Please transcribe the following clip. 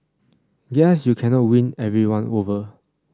guess you can never win everyone over